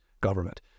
government